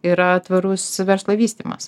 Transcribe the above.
yra tvarus verslo vystymas